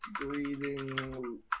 breathing